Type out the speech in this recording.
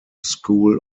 school